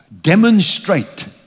demonstrate